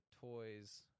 toys